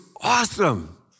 awesome